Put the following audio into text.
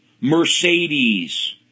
Mercedes